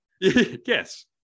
yes